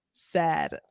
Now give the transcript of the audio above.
Sad